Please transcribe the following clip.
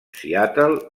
seattle